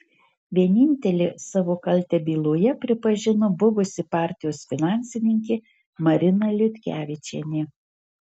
vienintelė savo kaltę byloje pripažino buvusi partijos finansininkė marina liutkevičienė